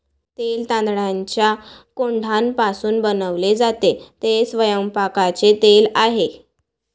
तेल तांदळाच्या कोंडापासून बनवले जाते, ते स्वयंपाकाचे तेल आहे